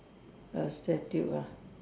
A statue ah